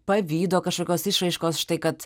pavydo kažkokios išraiškos štai kad